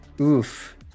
Oof